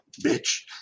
bitch